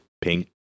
Pink